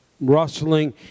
rustling